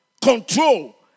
control